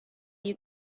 you